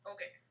Okay